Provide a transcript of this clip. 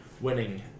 winning